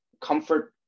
comfort